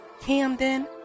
Camden